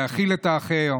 להכיל את האחר,